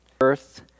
Earth